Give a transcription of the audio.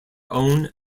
own